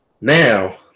now